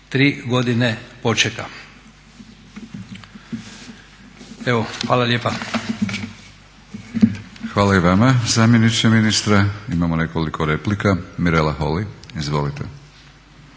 lijepa. **Batinić, Milorad (HNS)** Hvala i vama zamjeniče ministra. Imamo nekoliko replika. Mirela Holy izvolite.